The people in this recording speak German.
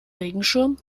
regenschirm